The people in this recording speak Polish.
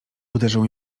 uderzył